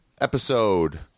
episode –